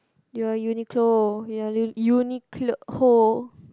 you're Uniqlo you are u~ Uniqlo